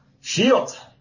Shield